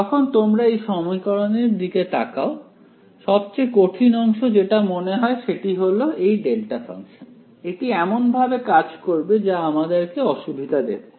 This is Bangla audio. যখন তোমরা এই সমীকরণের দিকে তাকাও সবচেয়ে কঠিন অংশ যেটা মনে হয় সেটি হল এই ডেল্টা ফাংশন এটি এমন ভাবে কাজ করবে যা আমাদেরকে অসুবিধা দেবে